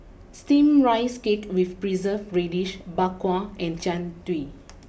Steamed Rice Cake with Preserved Radish Bak Kwa and Jian Dui